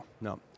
No